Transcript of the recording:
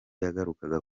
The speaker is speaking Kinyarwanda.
yagarukaga